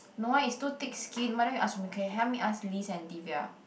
no ah it's too thick skin why don't you ask for me can you help me ask Liz and Divya